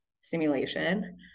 simulation